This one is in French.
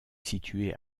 située